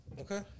Okay